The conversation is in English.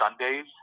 Sundays